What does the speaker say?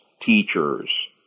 teachers